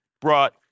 brought